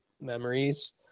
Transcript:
memories